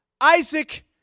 Isaac